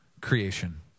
creation